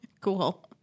Cool